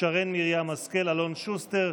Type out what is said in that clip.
שרן מרים השכל ואלון שוסטר,